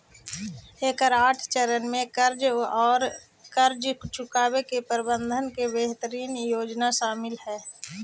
एकर आठ चरण में कर्ज औउर कर्ज चुकावे के प्रबंधन के बेहतरीन योजना शामिल हई